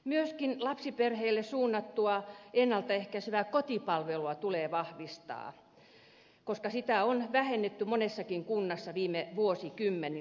myöskin lapsiperheille suunnattua ennalta ehkäisevää kotipalvelua tulee vahvistaa koska sitä on vähennetty monessakin kunnassa viime vuosikymmenillä